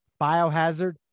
biohazard